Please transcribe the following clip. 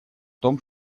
том